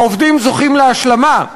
העובדים זוכים להשלמה,